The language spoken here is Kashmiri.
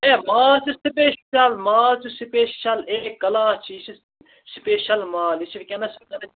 اَے ماز چھِ سُپیشَل ماز چھِ سُپیشَل اَے کَلاس چھِ یہِ یہِ چھِ سُپیشَل ماز یہِ چھِ وُنکٮ۪نَس وُنکٮ۪نَس